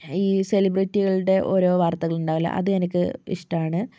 ഈ സെലിബ്രേറ്റികളുടെ ഓരോ വാർത്തകളുണ്ടാവില്ലേ അത് എനിക്ക് ഇഷ്ടമാണ്